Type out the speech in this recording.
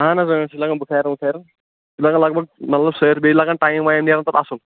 اَہَن حظ إں یہِ چھِ لگان بُکھاریٚن وُکھاریٚن یہِ چھُ لگان لگ بگ مطلب سٲرِسٕے بیٚیہِ چھُ لگان ٹایم وایم نیران پَتہٕ اصٕل